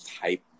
type